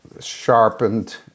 sharpened